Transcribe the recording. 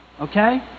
Okay